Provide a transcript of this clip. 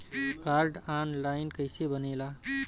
Card online कइसे बनेला?